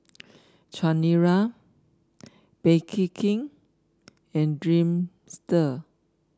Chanira Bake King and Dreamster